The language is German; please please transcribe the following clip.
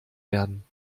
werden